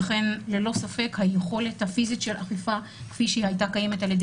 ללא ספק היכולת הפיזית של אכיפה כפי שהיא הייתה קיימת על ידי